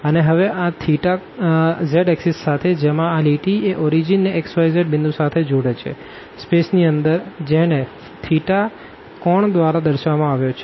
અને હવે આ એન્ગલ z એક્ષિસ સાથે જેમાં આ લીટી એ ઓરીજીન ને x y z પોઈન્ટ સાથે જોડે છે સ્પેસ ની અંદર જેણે એન્ગલ દ્વારા દર્શાવવામાં આવ્યો છે